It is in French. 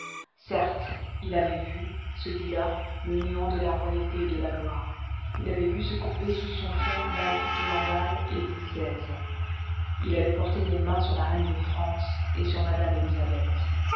certes il avait vu celui-là le néant de la royauté et de la gloire il avait vu se courber sous son fer lally tollendal et louis xvi il avait porté les mains sur la reine de france et sur madame élisabeth